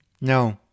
No